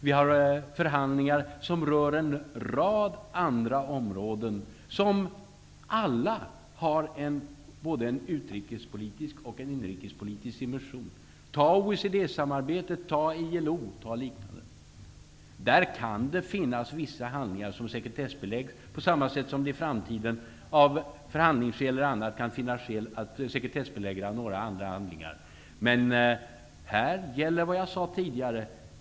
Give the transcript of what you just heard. Vi har förhandlingar som rör en rad andra områden som alla har både en utrikes och en inrikespolitisk dimension. När det gäller t.ex. OECD-samarbetet och ILO kan det finnas vissa handlingar som sekretessbeläggs, på samma sätt som det i framtiden av bl.a. förhandlingsskäl kan finnas skäl att sekretessbelägga andra handlingar. Men här gäller vad jag sade tidigare.